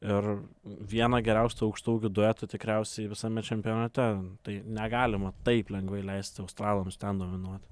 ir vieną geriausių aukštaūgių duetų tikriausiai visame čempionate tai negalima taip lengvai leisti australams ten dominuoti